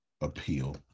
appeal